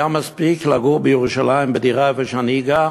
היה מספיק לגור בירושלים בדירה איפה שאני גר,